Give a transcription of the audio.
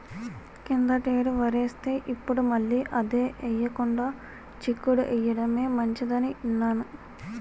కిందటేడు వరేస్తే, ఇప్పుడు మళ్ళీ అదే ఎయ్యకుండా చిక్కుడు ఎయ్యడమే మంచిదని ఇన్నాను